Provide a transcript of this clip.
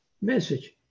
message